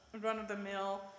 run-of-the-mill